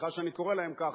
סליחה שאני קורא להם כך,